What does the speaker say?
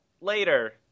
later